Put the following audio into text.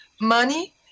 money